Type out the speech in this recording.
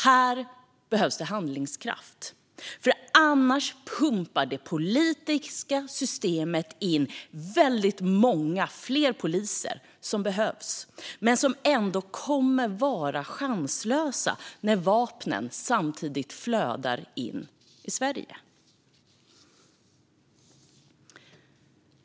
Här behövs det handlingskraft, för annars pumpar det politiska systemet in väldigt många fler poliser som behövs men som kommer att vara chanslösa när vapnen samtidigt flödar in i Sverige.